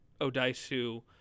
Odaisu